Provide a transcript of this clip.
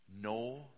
No